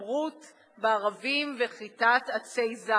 בהתעמרות בערבים ובכריתת עצי זית.